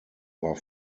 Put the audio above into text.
war